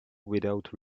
without